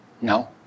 No